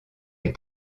les